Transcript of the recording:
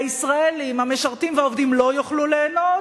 הישראלים המשרתים והעובדים לא יוכלו ליהנות,